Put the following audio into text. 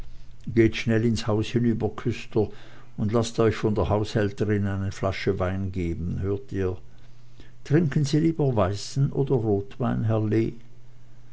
geht schnell ins haus hinüber küster und laßt euch von der haushälterin eine flasche wein geben hört ihr trinken sie lieber weißen oder rotwein herr lee